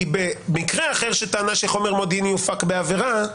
כי במקרה אחר של טענה שחומר מודיעיני הופק בעבירה,